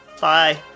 bye